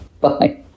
Bye